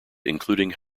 including